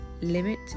limit